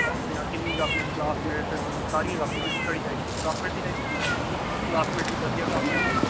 कापियां किन्नियां कापियां क्लासमेट होनी सारियां कापियां होनियां केह्ड़ी चाहिदी तुसें क्लासमेट ही चाहिदी क्लासमेट दी बधिया कापियां न